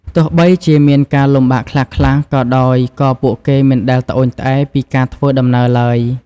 ទោះបីជាមានការលំបាកខ្លះៗក៏ដោយក៏ពួកគេមិនដែលត្អូញត្អែរពីការធ្វើដំណើរឡើយ។